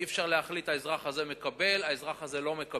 אי-אפשר להחליט שהאזרח הזה מקבל והאזרח הזה לא מקבל.